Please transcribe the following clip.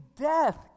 death